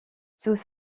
sous